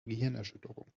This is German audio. gehirnerschütterung